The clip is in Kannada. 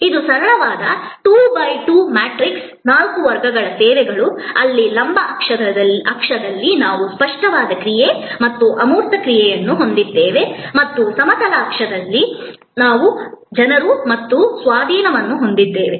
ಇದು ಸರಳವಾದ 2 ಬೈ 2 ಮ್ಯಾಟ್ರಿಕ್ಸ್ ನಾಲ್ಕು ವರ್ಗಗಳ ಸೇವೆಗಳು ಇಲ್ಲಿ ಲಂಬ ಅಕ್ಷದಲ್ಲಿ ನಾವು ಸ್ಪಷ್ಟವಾದ ಕ್ರಿಯೆ ಮತ್ತು ಅಮೂರ್ತ ಕ್ರಿಯೆಯನ್ನು ಹೊಂದಿದ್ದೇವೆ ಮತ್ತು ಸಮತಲ ಅಕ್ಷದಲ್ಲಿ ನಾವು ಜನರು ಮತ್ತು ಸ್ವಾಧೀನವನ್ನು ಹೊಂದಿದ್ದೇವೆ